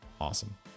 Awesome